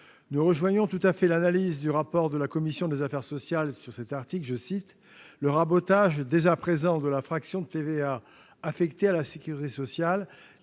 Nous rejoignons tout à fait l'analyse du rapport de la commission des affaires sociales sur cet article :« Le rabotage dès à présent de la fraction de TVA affectée à la sécurité sociale,